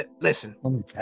Listen